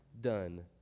done